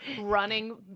running